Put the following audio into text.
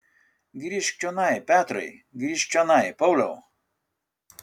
grįžk čionai petrai grįžk čionai pauliau